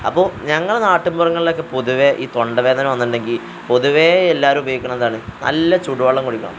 അപ്പോൾ ഞങ്ങൾ നാട്ടിൻപുറങ്ങളിലൊക്കെ പൊതുവേ ഈ തൊണ്ടവേദന വന്നിട്ടുണ്ടെങ്കിൽ പൊതുവേ എല്ലാവരും ഉപയോഗിക്കണതെന്താണ് നല്ല ചൂടുവെള്ളം കുടിക്കണം